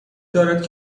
دارد